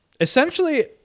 Essentially